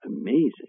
amazing